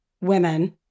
women